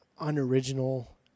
unoriginal